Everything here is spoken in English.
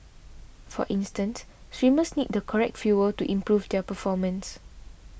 for instance swimmers need the correct fuel to improve their performance